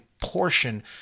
portion